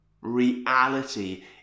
reality